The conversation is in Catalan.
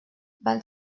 van